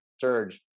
surge